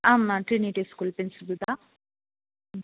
ஆமாம் Trinity school பிரின்சிபல்தான்